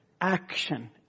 action